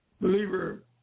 Believer